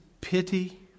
pity